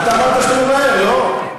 אתה אמרת שאתה ממהר, לא?